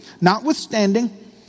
notwithstanding